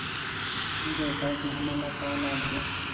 ई व्यवसाय से हमन ला का लाभ हे?